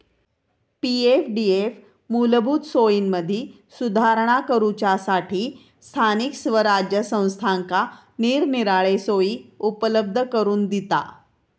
पी.एफडीएफ मूलभूत सोयींमदी सुधारणा करूच्यासठी स्थानिक स्वराज्य संस्थांका निरनिराळे सोयी उपलब्ध करून दिता